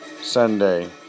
Sunday